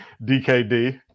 DKD